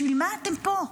בשביל מה אתם פה?